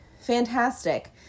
fantastic